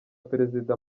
perezida